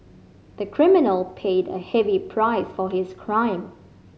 the criminal paid a heavy price for his crime